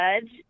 judge